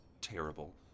terrible